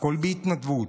והכול בהתנדבות.